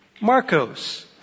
Marcos